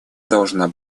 должна